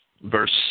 Verse